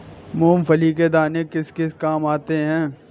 मूंगफली के दाने किस किस काम आते हैं?